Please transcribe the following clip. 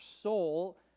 soul